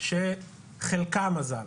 שחלקה מזל.